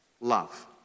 love